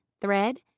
thread